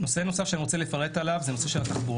נושא נוסף שאני רוצה לפרט עליו הוא נושא התחבורה.